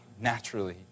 naturally